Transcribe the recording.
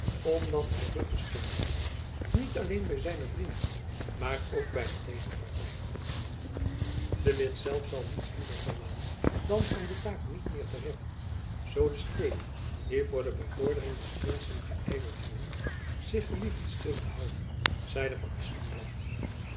dat hy ruggesteun vindt niet alleen by zijne vrienden maar ook by de tegenparty de witt zelf zal niets liever verlangen dan van de zaak niet meer te reppen zoo de steden die voor de bevordering des prinsen geyverd hebben zich gelieven stil te houden zeide van